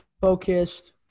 focused